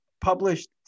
published